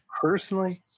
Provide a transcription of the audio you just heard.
Personally